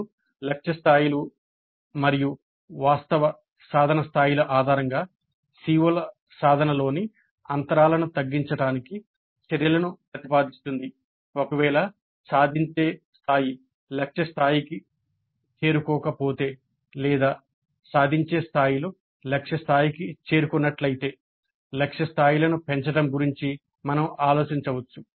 అప్పుడు లక్ష్య స్థాయిలు మరియు వాస్తవ సాధన స్థాయిల ఆధారంగా CO సాధనలలోని అంతరాలను తగ్గించడానికి చర్యలను ప్రతిపాదిస్తుంది ఒకవేళ సాధించే స్థాయి లక్ష్య స్థాయికి చేరుకోకపోతే లేదా సాధించే స్థాయిలు లక్ష్య స్థాయికి చేరుకున్నట్లయితే లక్ష్య స్థాయిలను పెంచడం గురించి మనం ఆలోచించవచ్చు